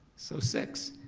so six.